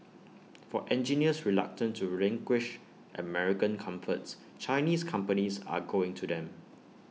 for engineers reluctant to relinquish American comforts Chinese companies are going to them